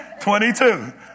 22